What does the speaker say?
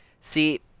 See